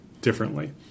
differently